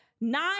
Nine